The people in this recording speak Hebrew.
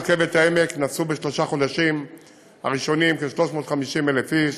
ברכבת העמק נסעו בשלושת החודשים הראשונים כ-350,000 איש,